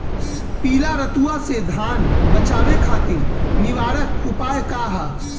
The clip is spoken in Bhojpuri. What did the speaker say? पीला रतुआ से धान बचावे खातिर निवारक उपाय का ह?